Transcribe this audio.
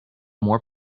more